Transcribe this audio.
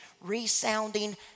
resounding